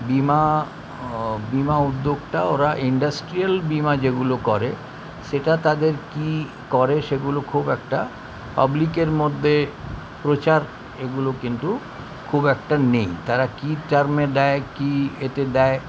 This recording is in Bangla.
বীমা বীমা উদ্যোগটা ওরা ইণ্ডাস্ট্রিয়াল বীমা যেগুলো করে সেটা তাদের কী করে সেগুলো খুব একটা পাবলিকের মধ্যে প্রচার এগুলো কিন্তু খুব একটা নেই তারা কী টার্মে দেয় কী এতে দেয়